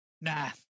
Nah